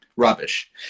rubbish